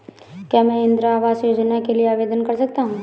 क्या मैं इंदिरा आवास योजना के लिए आवेदन कर सकता हूँ?